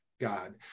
God